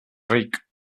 ric